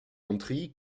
country